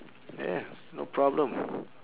yeah no problem